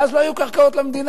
ואז לא יהיו קרקעות למדינה.